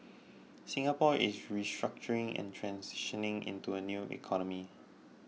Singapore is restructuring and transitioning into a new economy